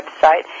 website